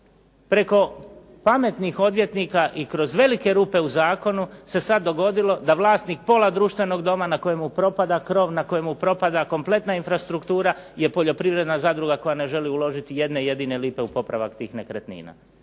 preko pametnih odvjetnika i kroz velike rupe u zakonu se sad dogodilo da vlasnik pola društvenog doma na kojemu propada krov, na kojemu propada kompletna infrastruktura, je poljoprivredna zadruga koja ne želi uložiti jedne jedine lipe u popravak tih nekretnina.